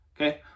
okay